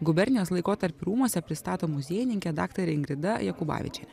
gubernijos laikotarpį rūmuose pristato muziejininkė daktarė ingrida jakubavičienė